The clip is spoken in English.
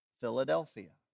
Philadelphia